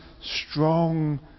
strong